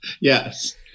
Yes